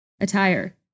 Attire